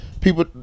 people